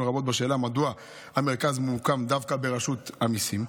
רבות בשאלה מדוע המרכז מוקם דווקא ברשות המיסים.